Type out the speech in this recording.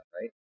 right